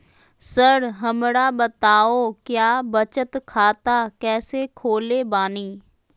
Sir हमरा बताओ क्या बचत खाता कैसे खोले बानी?